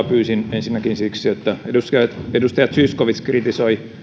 pyysin vastauspuheenvuoroa ensinnäkin siksi että edustaja edustaja zyskowicz kritisoi